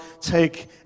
take